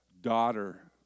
daughter